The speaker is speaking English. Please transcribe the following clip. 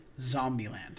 Zombieland